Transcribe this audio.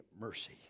mercy